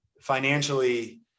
financially